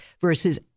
versus